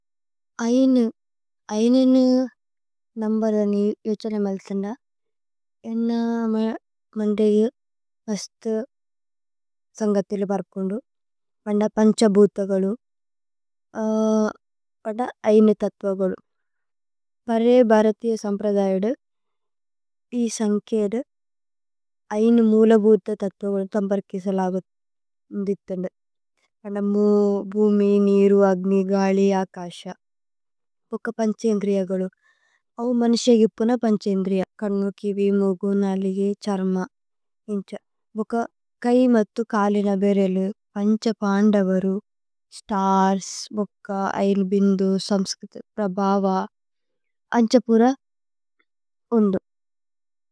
അയിനു, അയിനു നമ്ബരനി യോഛനമ് അല്ഥിന് ന, ഏന്ന അമ്മ മന്ദയു മസ്തു സന്കഥിലു പര്പോന്ദു। വന്ദ പന്ഛ ബൂതവലു, വന്ദ അയിനു തത്തവവലു। പരേ ഭ്ഹരതിയ സമ്പ്രധൈദു, ഇസന്കേരു, അയിനു മുല ബൂതവു തത്തവലു സമ്പര് കിസലവു ന്ദിഥിന്। കനമു ബൂമി നിരു അഗ്നി ഗലി അകശ। ഭുഖ പന്ഛ ഇന്ദ്രിയ ഗലു। അവു മനിശ ഗിപ്പു ന പന്ഛ ഇന്ദ്രിയ। കന്നു കിവി മുഗു നലിഗേ ഛര്മ। ഭുഖ കൈ മത്ഥു കാലിന ബേരേലു പന്ഛ പന്ദവരു। സ്തര്സ്, ഭുഖ, അയില്ബിന്ദു, സമ്സ്കുഥു, പ്രഭവ, അന്ജപുര, ഉന്ദു।